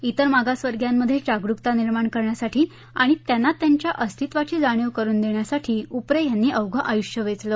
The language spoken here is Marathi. त्रेर मागासवर्गीयांमध्ये जागरुकता निर्माण करण्यासाठी आणि त्यांना त्यांच्या अस्तित्वाची जाणीव करुन देण्यासाठी उपरे यांनी अवघं आयृष्य वेचलं